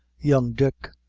young dick,